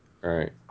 Right